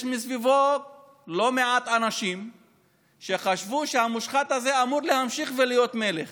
יש מסביבו לא מעט אנשים שחשבו שהמושחת הזה אמור להמשיך להיות מלך